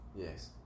Yes